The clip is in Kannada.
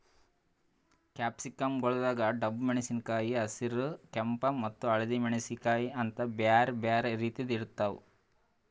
ಕ್ಯಾಪ್ಸಿಕಂ ಗೊಳ್ದಾಗ್ ಡಬ್ಬು ಮೆಣಸಿನಕಾಯಿ, ಹಸಿರ, ಕೆಂಪ ಮತ್ತ ಹಳದಿ ಮೆಣಸಿನಕಾಯಿ ಅಂತ್ ಬ್ಯಾರೆ ಬ್ಯಾರೆ ರೀತಿದ್ ಇರ್ತಾವ್